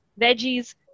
veggies